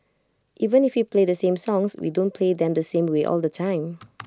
even play the same songs we don't play them the same way all the time